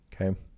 okay